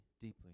deeply